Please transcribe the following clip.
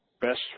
best